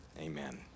amen